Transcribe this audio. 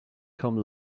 come